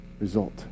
result